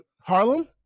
Harlem